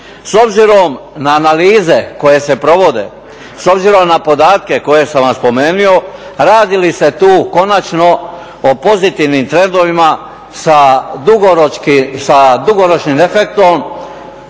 S obzirom na analize koje se provode, s obzirom na podatke koje sam vam spomenuo radi li se tu konačno o pozitivnim trendovima sa dugoročnim efektom